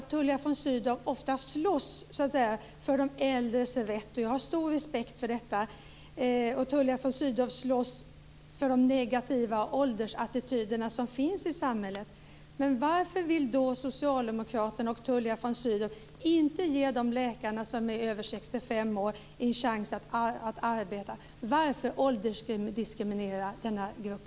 Tullia von Sydow slåss ju ofta för de äldres rätt, och jag har stor respekt för detta. Tullia von Sydow slåss mot de negativa åldersattityder som finns i samhället. Men varför vill då socialdemokraterna och Tullia von Sydow inte ge de läkare som är över 65 år en chans att arbeta? Varför åldersdiskriminerar man denna grupp?